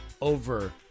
over